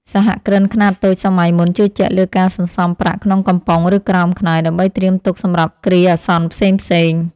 សហគ្រិនខ្នាតតូចសម័យមុនជឿជាក់លើការសន្សំប្រាក់ក្នុងកំប៉ុង ឬក្រោមខ្នើយដើម្បីត្រៀមទុកសម្រាប់គ្រាអាសន្នផ្សេងៗ។